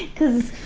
cause,